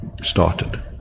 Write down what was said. started